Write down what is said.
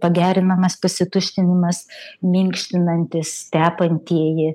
pagerinamas pasituštinimas minkštinantis tepantieji